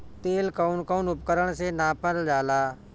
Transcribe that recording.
तेल कउन कउन उपकरण से नापल जाला?